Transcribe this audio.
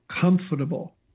comfortable